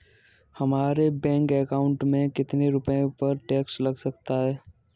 हमारे bank account में कितने रुपये पर टैक्स लग सकता है?